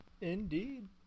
Indeed